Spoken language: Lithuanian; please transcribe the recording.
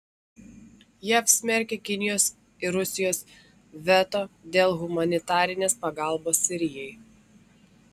jav smerkia kinijos ir rusijos veto dėl humanitarinės pagalbos sirijai